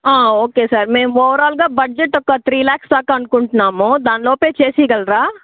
okay sir మేము ఓవరాల్గా budget ఒక త్రీ ల్యాక్స్ దాగా అనుకుంటున్నాము దానిలోపే చేసీవ్వగలరా